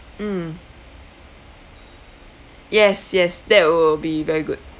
mm yes yes that will be very good